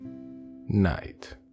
night